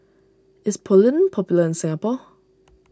is Polident popular in Singapore